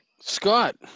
Scott